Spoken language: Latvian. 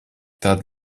tad